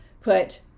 put